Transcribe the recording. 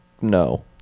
no